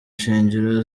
shingiro